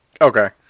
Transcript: Okay